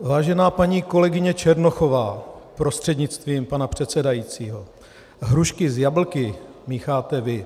Vážená paní kolegyně Černochová prostřednictvím pana předsedajícího, hrušky s jablky mícháte vy.